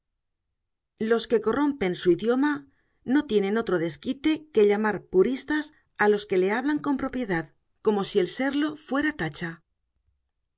los que corrompen su idioma no tienen otro desquite que llamar puristas a los que le hablan con propiedad como si el serlo fuera tacha